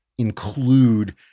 include